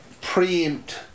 preempt